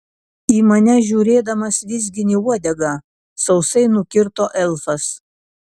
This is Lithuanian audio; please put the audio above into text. į mane žiūrėdamas vizgini uodegą sausai nukirto elfas